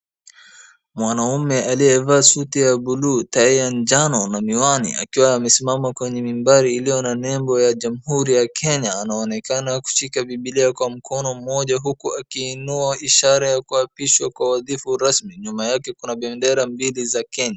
Mwanamume aliyevaa suti ya bluu, tai ya jano na miwani akiwa amesimama kwenye mimbali iliyo na nembo ya jamhuri ya Kenya. Anaonekana kushika Bibilia kwa mkono mmoja huku akiinua ishara ya kuapishwa kwa wadhifu rasmi. Nyuma yake kuna bendera mbili za Kenya.